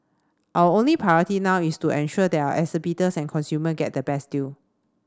our only priority now is to ensure that our exhibitors and consumer get the best deal